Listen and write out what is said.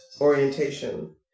orientation